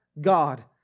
God